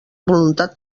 voluntat